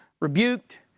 rebuked